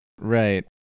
right